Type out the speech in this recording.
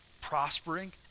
prospering